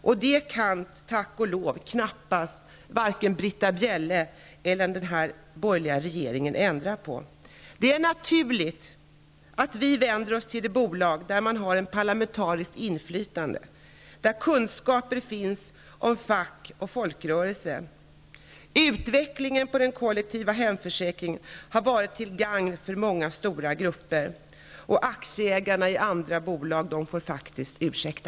Det kan knappast, tack och lov, vare sig Britta Bjelle eller den borgerliga regeringen ändra på. Det är naturligt att vi vänder oss till det bolag där det finns ett parlamentariskt inflytande och kunskaper om fack och folkrörelse. Utvecklingen av den kollektiva hemförsäkringen har varit till gagn för många stora grupper. Aktieägarna i andra stora bolag får faktiskt ursäkta.